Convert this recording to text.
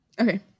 Okay